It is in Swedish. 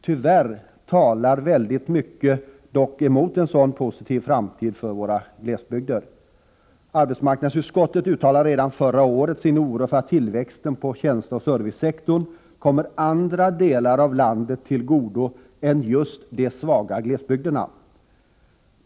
Tyvärr talar dock väldigt mycket emot en sådan positiv framtid för våra glesbygder. Arbetsmarknadsutskottet uttalade redan förra året sin oro för att tillväxten på tjänsteoch servicesektorn kommer andra delar av landet till godo än just de svaga glesbygderna.